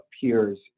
peers